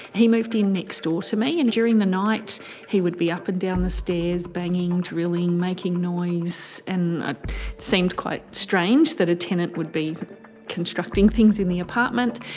he moved next door to me and during the night he would be up and down the stairs banging drilling making noise and ah seemed quite strange that a tenant would be constructing things in the apartment.